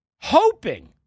hoping